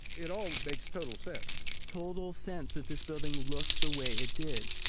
it all makes total sense. total sense that this building looked the way it did.